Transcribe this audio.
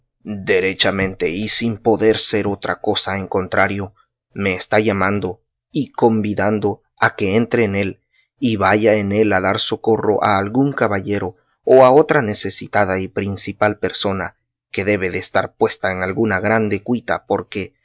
derechamente y sin poder ser otra cosa en contrario me está llamando y convidando a que entre en él y vaya en él a dar socorro a algún caballero o a otra necesitada y principal persona que debe de estar puesta en alguna grande cuita porque